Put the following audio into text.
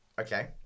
Okay